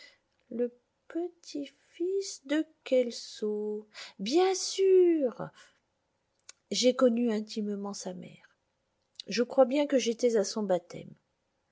le petit-fils de kelso bien sûr j'ai connu intimement sa mère je crois bien que j'étais à son baptême